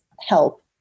help